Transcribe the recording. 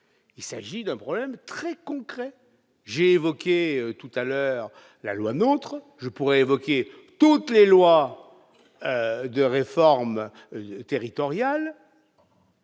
il s'agit d'un problème très concret. J'ai évoqué tout à l'heure la loi NOTRe, je pourrais évoquer toutes les lois de réforme territoriale